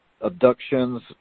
abductions